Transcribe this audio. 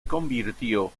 convirtió